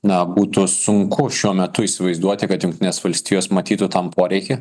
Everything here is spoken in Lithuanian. na būtų sunku šiuo metu įsivaizduoti kad jungtinės valstijos matytų tam poreikį